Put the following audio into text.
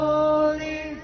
Holy